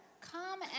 come